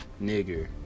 nigger